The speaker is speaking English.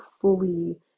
fully